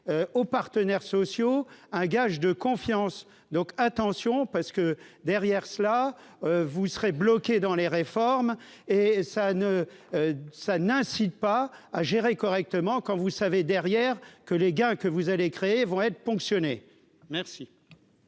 aux partenaires sociaux un gage de confiance donc attention parce que derrière cela, vous serez bloqués dans les réformes et ça ne ça n'incite pas à gérer correctement quand vous savez derrière que les gains que vous allez créer vont être ponctionnés merci.